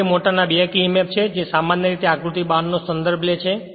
આગળ તે મોટરના બેક emf છે જે સામાન્ય રીતે આકૃતિ 12 નો સંદર્ભ લે છે